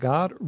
God